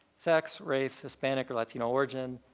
sex, race, hispanic or latino origin,